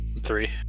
Three